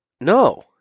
No